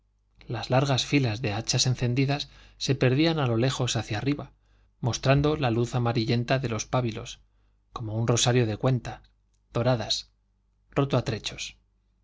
las largas filas de hachas encendidas se perdían a lo lejos hacia arriba mostrando la luz amarillenta de los pábilos como un rosario de cuenta doradas roto a trechos